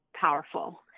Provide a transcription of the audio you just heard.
powerful